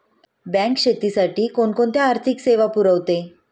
Bank शेतीसाठी कोणकोणत्या आर्थिक सेवा पुरवते?